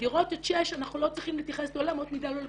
ובדירות עד שש אנחנו לא צריכים להתייחס לא לאמות מידה ולא לכלום,